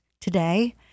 today